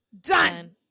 Done